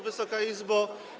Wysoka Izbo!